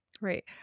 Right